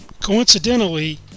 Coincidentally